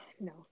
No